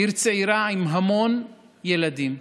עיר צעירה עם המון ילדים,